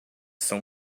são